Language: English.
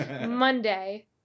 Monday